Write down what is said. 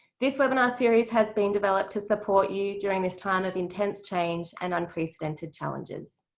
this webinar series has been developed to support you during this time of intense change and unprecedented challenges.